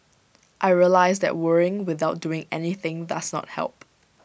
I realised that worrying without doing anything does not help